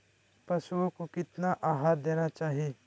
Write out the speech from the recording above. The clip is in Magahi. पशुओं को कितना आहार देना चाहि?